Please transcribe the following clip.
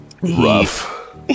Rough